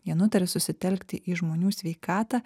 jie nutarė susitelkti į žmonių sveikatą